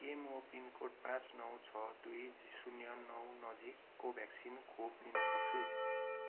के म pin code पाँच नौ छ दुई शून्य नौ नजिक को भ्याक्सिन खोप लिन सक्छु